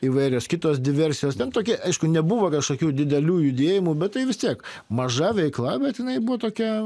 įvairios kitos diversijos ten tokie aišku nebuvo kažkokių didelių judėjimų bet tai vis tiek maža veikla bet jinai buvo tokia